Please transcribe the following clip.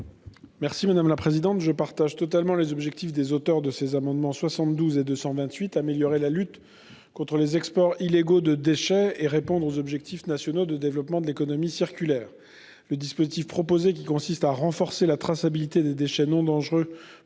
territoire ? Je partage totalement les objectifs des auteurs de ces amendements identiques n 72 rectifié et 228 rectifié : améliorer la lutte contre les exports illégaux de déchets et répondre aux objectifs nationaux de développement de l'économie circulaire. Le dispositif proposé, qui consiste à renforcer la traçabilité des déchets non dangereux,